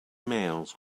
males